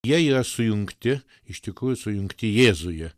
jie yra sujungti iš tikrųjų sujungti jėzuje